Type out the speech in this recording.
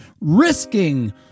risking